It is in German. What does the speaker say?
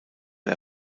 der